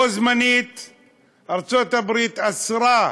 בו-בזמן ארצות-הברית אסרה,